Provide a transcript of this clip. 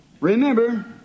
remember